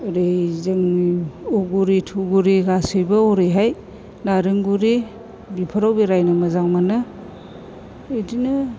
ओरै जोंनि उगुरि थुगुरि गासैबो ओरैहाय नारेंगुरि बेफोराव बेरायनो मोजां मोनो बिदिनो